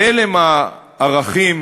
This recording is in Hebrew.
ואלה הערכים